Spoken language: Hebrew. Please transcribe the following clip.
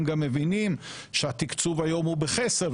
הם גם מבינים שהתקצוב היום הוא בחסר,